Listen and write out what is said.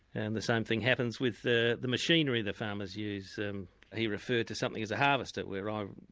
and the same thing happens with the the machinery the farmers use um he referred to something as a harvester where um